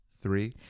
three